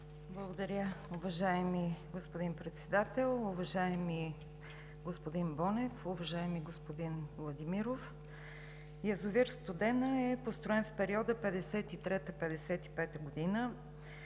Благодаря, уважаеми господин Председател. Уважаеми господин Бонев, уважаеми господин Владимиров, язовир „Студена“ е построен в периода 1953 – 1955 г.